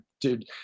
dude